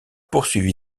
poursuivi